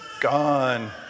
gone